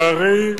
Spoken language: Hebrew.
לצערי,